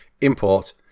Import